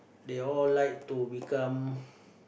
they all like to become